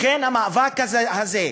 לכן, המאבק הזה,